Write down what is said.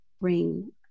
bring